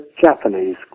Japanese